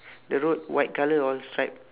the road white colour all stripe